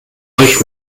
euch